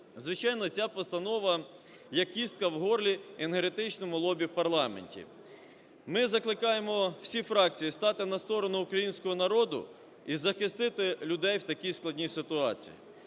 Звичайно, ця постанова як кістка в горлі енергетичному лобі в парламенті. Ми закликаємо всі фракції стати на сторону українського народу і захистити людей в такій складній ситуації.